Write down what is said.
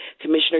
Commissioner